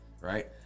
right